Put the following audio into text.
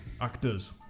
Actors